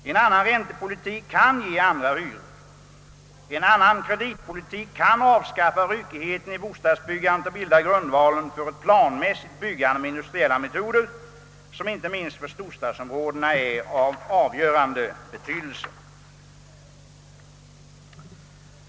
En annan räntepolitik kan ge andra hyror, en annan kreditpolitik kan avskaffa ryckigheten i bostadsbyggandet och bilda grundvalen för ett planmässigt byggande med industriella metoder som inte minst för storstadsområdena är av avgörande betydelse.